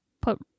put